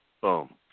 boom